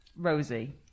Rosie